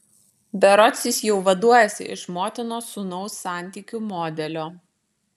berods jis jau vaduojasi iš motinos sūnaus santykių modelio